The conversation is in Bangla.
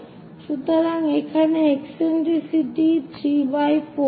সুতরাং এখানে একসেন্ট্রিসিটি 34